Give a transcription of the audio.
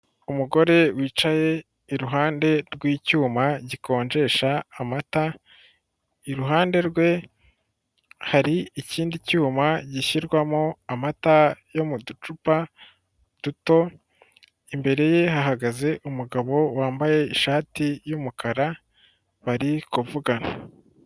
Umugore wicaye iruhande rw'icyuma gikonjesha amata, iruhande rwe hari ikindi cyuma gishyirwamo amata yo mu ducupa duto, imbere ye hahagaze umugabo wambaye ishati y'umukara, bari kuvugana.